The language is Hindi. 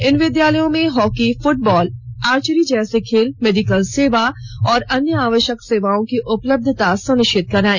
इन विद्यालयों में हॉकी फृटबॉल आर्चरी जैसे खेल मेडिकल सेवा एवं अन्य आवश्यक सेवाओं की उपलब्धता सुनिश्चित कराए